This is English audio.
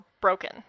broken